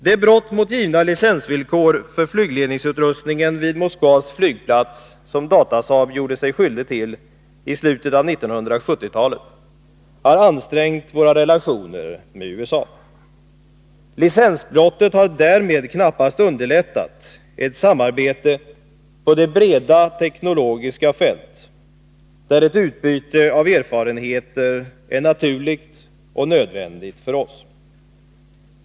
Det brott mot givna licensvillkor för flygledningsutrustningen vid Moskvas flygplats som Datasaab gjorde sig skyldig till i slutet av 1970-talet har ansträngt våra relationer med USA. Licensbrottet har därmed knappast underlättat ett samarbete på det breda teknologiska fält där ett utbyte av erfarenheter är naturligt och nödvändigt för oss.